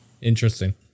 Interesting